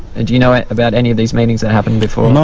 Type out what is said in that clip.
and do you know about any of these meetings that happened before?